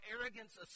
arrogance